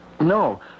No